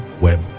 Web